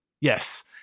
yes